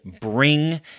bring